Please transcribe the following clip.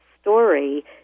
story